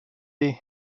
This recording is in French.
les